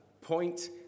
point